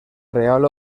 real